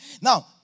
Now